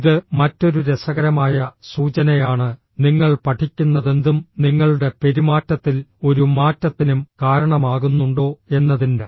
ഇത് മറ്റൊരു രസകരമായ സൂചനയാണ് നിങ്ങൾ പഠിക്കുന്നതെന്തും നിങ്ങളുടെ പെരുമാറ്റത്തിൽ ഒരു മാറ്റത്തിനും കാരണമാകുന്നുണ്ടോ എന്നതിന്